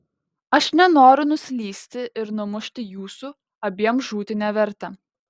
aš nenoriu nuslysti ir numušti jūsų abiem žūti neverta